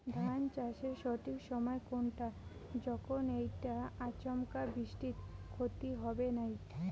ধান চাষের সঠিক সময় কুনটা যখন এইটা আচমকা বৃষ্টিত ক্ষতি হবে নাই?